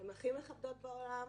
הן הכי מכבדות בעולם.